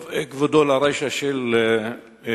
טוב, כבודו, לרישא של תשובתך,